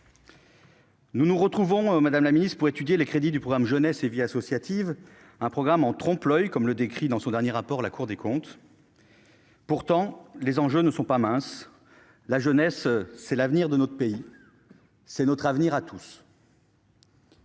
Nous nous retrouvons pour étudier les crédits du programme « Jeunesse et vie associative », un programme en trompe-l'oeil, comme le décrit dans son dernier rapport la Cour des comptes. Pourtant, les enjeux ne sont pas minces : la jeunesse, c'est l'avenir de notre pays, c'est notre avenir à tous.